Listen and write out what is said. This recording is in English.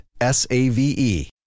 S-A-V-E